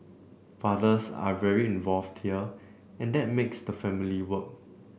fathers are very involved here and that makes the family work